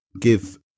give